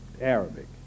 Arabic